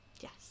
Yes